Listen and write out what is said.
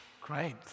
Great